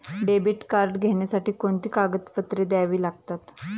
Debit card घेण्यासाठी कोणती कागदपत्रे द्यावी लागतात?